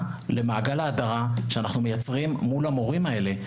למעגל ההדרה שאנחנו מייצרים מול המורים האלה.